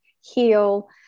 heal